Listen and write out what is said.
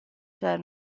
ĉar